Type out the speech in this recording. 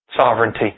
sovereignty